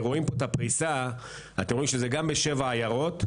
רואים פה את הפריסה, בשבע אזוריות,